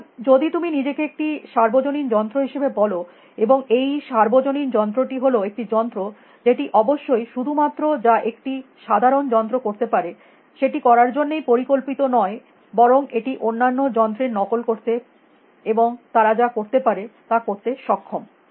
সুতরাং যদি তুমি নিজেকে একটি সার্বজনীন যন্ত্র হিসাবে বল এবং এই সার্বজনীন যন্ত্রটি হল একটি যন্ত্র যেটি অবশ্যই শুধুমাত্র যা একটি সাধারণ যন্ত্র করতে পারে সেটি করার জন্যই পরিকল্পিত নয় বরং এটি অন্যান্য যন্ত্রের নকল করতে এবং তারা যা করতে পারে তা করতে সক্ষম